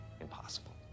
impossible